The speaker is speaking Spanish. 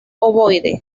ovoide